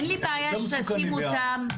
אין לי בעיה שתשים אותם,